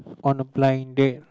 on a blind date